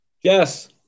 Yes